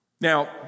Now